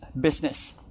business